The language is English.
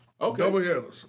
Okay